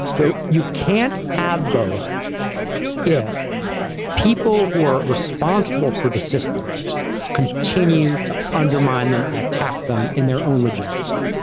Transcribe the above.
though, you can't have both if people who are responsible for the systems continue to undermine them and attack them in their own legitimacy.